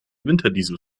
winterdiesel